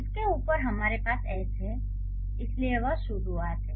उसके ऊपर हमारे पास एस है इसलिए यह शुरुआत है